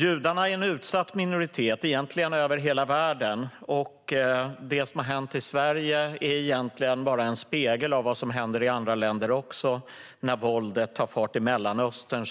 Judarna är egentligen en utsatt minoritet över hela världen, och det som har hänt i Sverige är bara en spegel av vad som händer i andra länder. När våldet tar fart i Mellanöstern